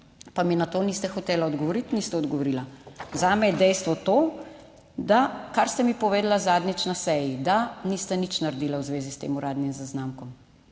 pa mi na to nista hotela odgovoriti. Niste odgovorila. Zame je dejstvo to, da kar ste mi povedali zadnjič na seji, da niste nič naredili v zvezi s tem uradnim zaznamkom,